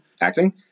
acting